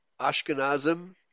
Ashkenazim